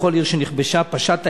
בכל עיר שנכבשה פשט האס.אס.